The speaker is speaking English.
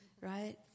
right